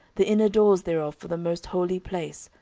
the inner doors thereof for the most holy place,